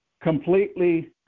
completely